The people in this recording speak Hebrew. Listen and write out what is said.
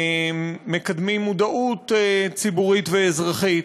מקדמים מודעות ציבורית ואזרחית.